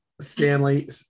Stanley